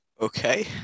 Okay